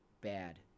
Bad